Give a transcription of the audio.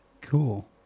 cool